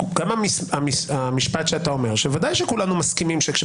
גם המשפט שאתה אומר ודאי שכולנו מסכימים שכאשר